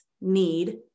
need